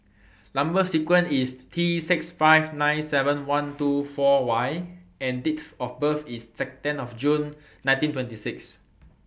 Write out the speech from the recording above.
Number sequence IS T six five nine seven one two four Y and Date of birth IS ten June nineteen twenty six